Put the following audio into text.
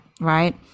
right